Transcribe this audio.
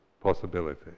possibility